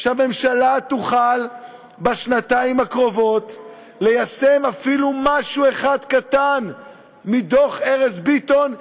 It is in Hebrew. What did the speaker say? שהממשלה תוכל בשנתיים הקרובות ליישם אפילו משהו אחד קטן מדוח ארז ביטון,